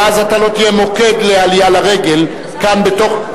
ואז אתה לא תהיה מוקד לעלייה לרגל כאן בתוך,